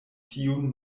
tiun